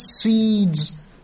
seeds